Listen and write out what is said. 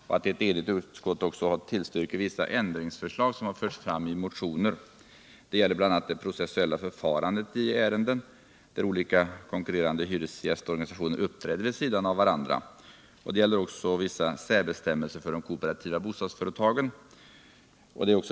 Det är ett enigt utskott som tillstyrker vissa ändringsförslag som förts fram i motioner. Det gäller bl.a. det processuclla förfarandet I ärenden, där olika konkurrerande hyresgästorganisationer uppträder vid sidan av varandra. Det gäller också vissa särbestämmelser för n de kooperativa bostadsföretagen.